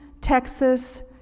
Texas